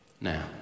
now